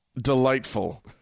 delightful